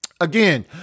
Again